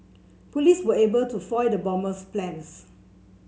police were able to foil the bomber's plans